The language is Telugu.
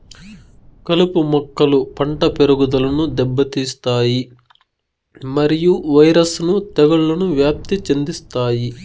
కలుపు మొక్కలు పంట పెరుగుదలను దెబ్బతీస్తాయి మరియు వైరస్ ను తెగుళ్లను వ్యాప్తి చెందిస్తాయి